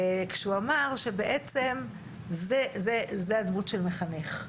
כשהוא אמר שבעצם זה הדמות של מחנך.